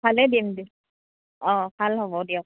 ভালেই দিম অঁ ভাল হ'ব দিয়ক